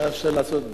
מה אפשר לעשות בזה?